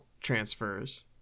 transfers